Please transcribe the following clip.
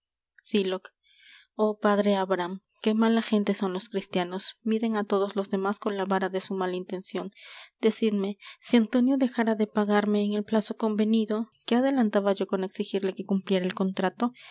suma sylock oh padre abraham qué mala gente son los cristianos miden á todos los demas con la vara de su mala intencion decidme si antonio dejara de pagarme en el plazo convenido qué adelantaba yo con exigirle que cumpliera el contrato